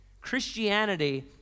Christianity